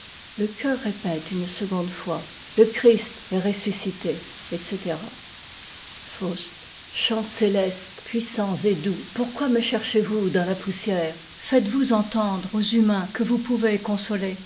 le chœur répète une seconde fois le christ est ressuscité etc faust citants célestes puissants et doux pourquoi me cherchez-vous dans la poussière faites-vous entendre aux humains que vous pouvez consoler